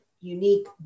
unique